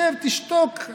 שב, תשתוק.